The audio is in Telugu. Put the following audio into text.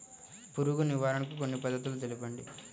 పురుగు నివారణకు కొన్ని పద్ధతులు తెలుపండి?